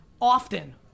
often